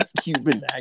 Cuban